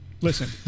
listen